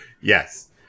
Yes